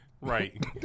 Right